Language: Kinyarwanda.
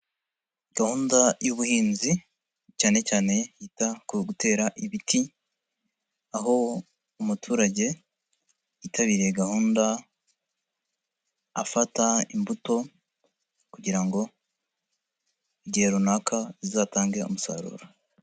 Gahunda y'ubuhinzi cyanecyane yita ku gutera ibiti aho umuturage yitabiriye gahunda afata imbuto kugira ngo igihe runaka izatange umusaruro.